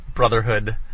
Brotherhood